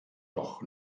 doch